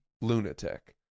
lunatic